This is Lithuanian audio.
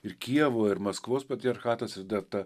ir kijevo ir maskvos patriarchatas ir dar ta